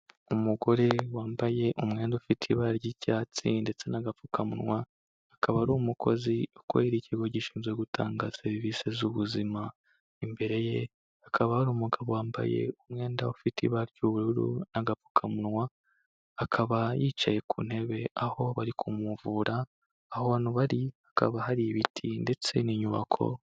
Umugore wambaye umwenda ufite ibara ry'icyatsi ndetse n'agapfukamunwa. Akaba ari umukozi ukorera ikigo gishinzwe gutanga serivise z'ubuzima. Imbere ye hakaba hari umugabo wambaye umwenda ufite ibara ry'ubururu n'agapfukamunwa. Akaba yicaye ku ntebe aho barikumuvura. Ahantu bari hakaba hari ibiti ndetse n'inyubako.